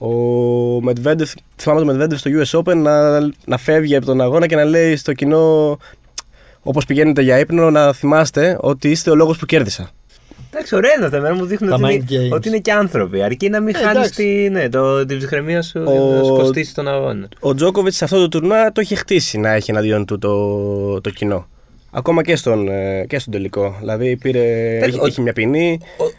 Ο Μετβέντεφ- θυμάμαι τον Μετβέντεφ στο U.S. Open να- να φεύγει απ' τον αγώνα και να λέει στο κοινό, όπως πηγαίνετε για ύπνο, να θυμάστε ότι είστε ο λόγος που κέρδισα. Εντάξει, ωραία είναι αυτά, εμένα μου δείχνουν Τα ότι είναι- mind games. ότι είναι και άνθρωποι, αρκεί να μην Ε, χάνεις εντάξει. τη- ναι, το- την ψυχραιμία σου για να Ο- σου κοστίσει τον αγώνα. ο Τζόκοβιτς σε αυτό το τουρνουά το είχε χτίσει να έχει εναντίον του το- το κοινό. Ακόμα και στον, ε, και στον τελικό. Δηλαδή, πήρε- Εντάξει, είχε- ο- είχε μια ποινή. ο-